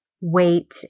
wait